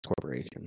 corporation